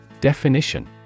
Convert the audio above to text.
Definition